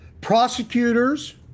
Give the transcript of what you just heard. prosecutors